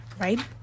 Right